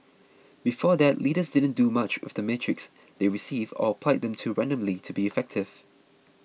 before that leaders didn't do much with the metrics they received or applied them too randomly to be effective